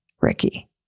Ricky